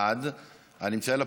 לוועדת החינוך,